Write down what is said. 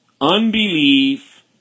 Unbelief